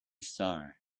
star